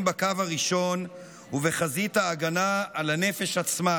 בקו הראשון ובחזית ההגנה על הנפש עצמה,